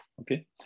okay